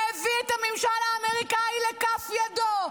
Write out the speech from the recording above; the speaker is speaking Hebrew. והביא את הממשל האמריקאי לכף ידו.